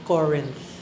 Corinth